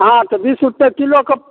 हँ तऽ बीस रुपए किलोके